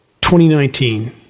2019